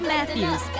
Matthews